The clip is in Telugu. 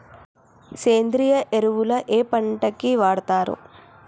సేంద్రీయ ఎరువులు ఏ పంట కి వాడుతరు?